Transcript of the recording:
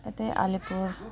यतै अलिपुर